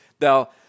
Now